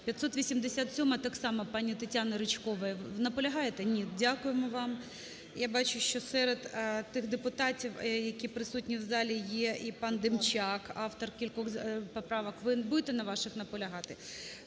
587-а, так само пані ТетянаРичкова. Наполягаєте? Ні, дякуємо вам. Я бачу, що серед тих депутатів, які присутні в залі, є і панДемчак, автор кількох поправок. Ви будете на ваших наполягати?